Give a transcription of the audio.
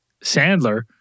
Sandler